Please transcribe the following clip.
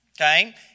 okay